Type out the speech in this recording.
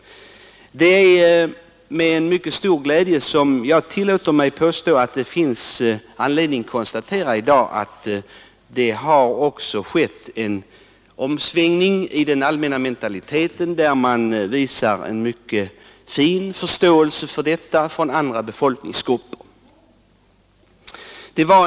Det är med stor glädje jag tillåter mig påstå att det i dag också skett en omsvängning av den allmänna mentaliteten och att andra grupper visar en mycket fin förståelse för det svenska jordbruket och dess problem.